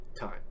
time